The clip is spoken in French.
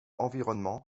environnement